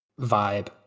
vibe